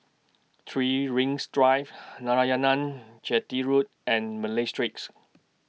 three Rings Drive Narayanan Chetty Road and Malay Street